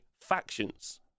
factions